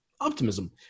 optimism